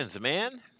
man